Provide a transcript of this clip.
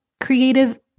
creative